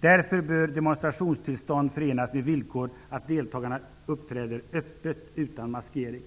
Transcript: Därför bör demonstrationstillstånd förenas med villkor att deltagarna uppträder öppet, utan maskering.''